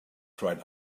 cried